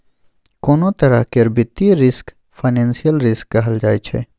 कोनों तरह केर वित्तीय रिस्क फाइनेंशियल रिस्क कहल जाइ छै